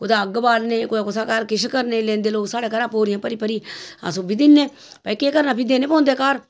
कुतै अग्ग बालने गी कुतै कुसै घर किश करना लैंदे लोग साढ़ै घरा बोरियां भरी भरी अस ओह् बी दिन्ने भाई केह् करना फ्ही देने पौंदे घर